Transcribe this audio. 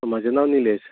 म्हजें नांव निलेश